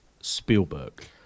Spielberg